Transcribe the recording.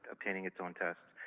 containing its own tests.